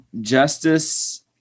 justice